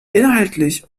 inhaltlich